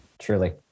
Truly